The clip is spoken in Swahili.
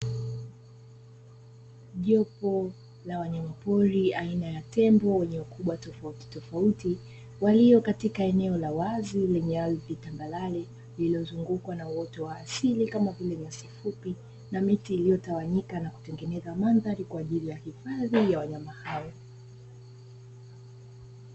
Jopo la wanyama pori aina ya tembo wenye ukubwa tofautitofauti walio katika eneo la wazi lenye ardhi tambarare, lililozungukwa na uoto wa asili kama vile nyasifupi na miti iliyotawanyika na kutengeneza mandhari kwa ajili ya hifadhi ya wanyama hao.